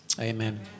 Amen